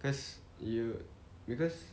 cause you because